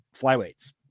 flyweights